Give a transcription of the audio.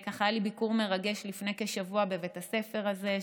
היה לי ביקור מרגש לפני כשבוע בבית הספר הזה,